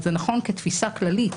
זה נכון כתפיסה כללית